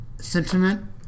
sentiment